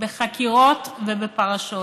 בחקירות ובפרשות,